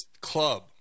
club